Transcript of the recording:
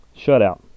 shutout